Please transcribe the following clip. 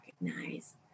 recognize